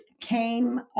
came